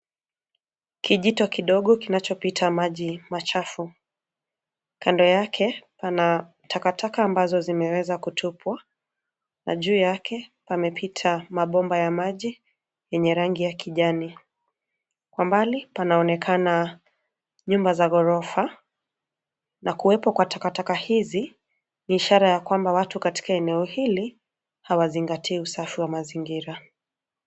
Kijito kidogo kinachopita maji machafu. Kando yake pana takataka ambazo zimeweza kutupwa na juu yake pamepita mabomba ya maji yenye rangi ya kijani. Kwa mbali panaonekana nyumba za ghorofa na kuwepo kwa takataka hizi ni ishara ya kwamba watu katika eneo hili hawazingatii usafi wa mazingira.